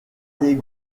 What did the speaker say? des